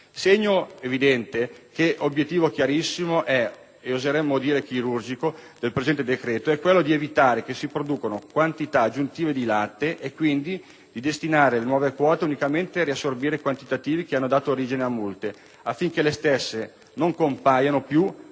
segno evidente che obiettivo chiarissimo e - oseremmo dire - chirurgico del presente decreto è quello di evitare che si producano quantità aggiuntive di latte e, quindi, di andare a destinare le nuove quote unicamente a riassorbire i quantitativi che hanno dato origine a multe, affinché le stesse non compaiano più